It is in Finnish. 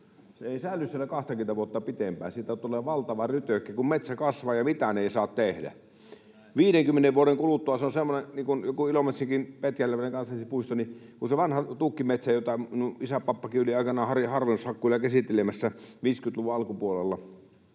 on, ei säily siellä kahtakymmentä vuotta pidempään. Siitä tulee valtava ryteikkö, kun metsä kasvaa ja mitään ei saa tehdä. [Petri Huru: Juuri näin!] Viidenkymmenen vuoden kuluttua se on semmoinen — niin kuin joku Ilomantsin Petkeljärven kansallispuistokin — kuin se vanha tukkimetsä, jota minun isäpappanikin oli aikanaan harvennushakkuilla käsittelemässä 50-luvun alkupuolella.